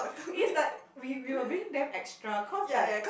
is like we we were being damn extra cause like